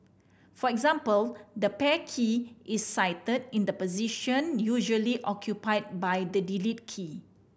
for example the Pair key is sited in the position usually occupied by the Delete key